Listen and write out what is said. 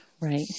right